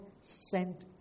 sent